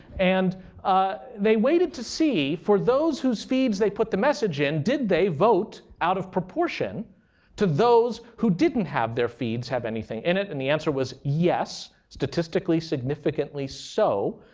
and ah they waited to see, for those who feeds they put the message in, did they vote out of proportion to those who didn't have their feeds have anything in it? and the answer was, yes. statistically significantly so.